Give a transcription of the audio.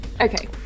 Okay